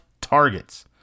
targets